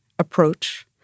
approach